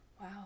Wow